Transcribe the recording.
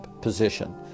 position